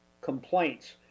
complaints